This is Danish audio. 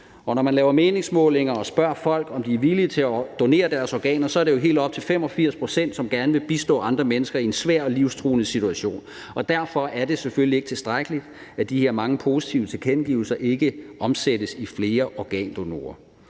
når man laver meningsmålinger og spørger folk, om de er villige til at donere deres organer, er det jo helt op til 85 pct., som gerne vil bistå andre mennesker i en svær og livstruende situation, og derfor er det selvfølgelig ikke tilstrækkeligt, når de her mange positive tilkendegivelser ikke omsættes i flere organdonorer.